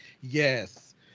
Yes